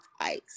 ice